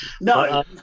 no